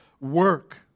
Work